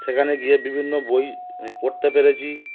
সেখানে গিয়ে বিভিন্ন বই আমি পড়তে পেরেছি